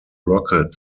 rocket